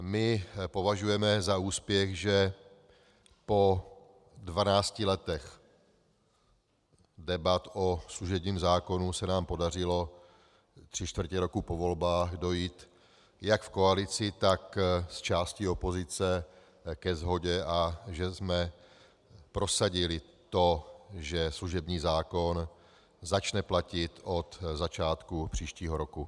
My považujeme za úspěch, že po dvanácti letech debat o služebním zákonu se nám podařilo tři čtvrtě roku po volbách dojít jak v koalici, tak s částí opozice ke shodě a že jsme prosadili to, že služební zákon začne platit od začátku příštího roku.